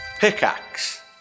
Pickaxe